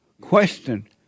question